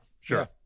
sure